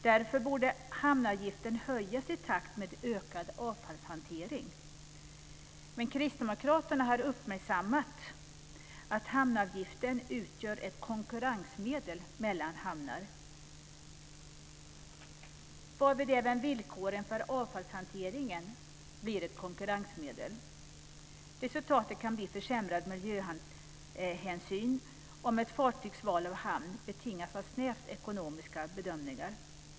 Därför borde hamnavgiften höjas i takt med ökad avfallshantering. Men Kristdemokraterna har uppmärksammat att hamnavgiften utgör ett konkurrensmedel mellan hamnar, varvid även villkoren för avfallshanteringen blir ett konkurrensmedel. Resultatet kan bli försämrad miljöhänsyn om ett fartygs val av hamn betingas av snävt ekonomiska bedömningar.